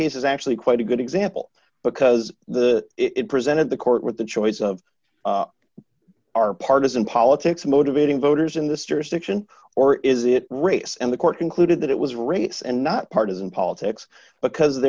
case is actually quite a good example because the it presented the court with the choice of our partisan politics motivating voters in this jurisdiction or is it race and the court concluded that it was race and not partisan politics because